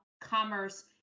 commerce